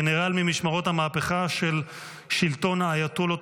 הגנרל ממשמרות המהפכה של שלטון האייתוללות